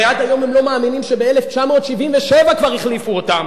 הרי עד היום הם לא מאמינים שב-1977 כבר החליפו אותם.